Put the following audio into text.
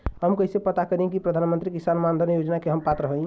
हम कइसे पता करी कि प्रधान मंत्री किसान मानधन योजना के हम पात्र हई?